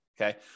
Okay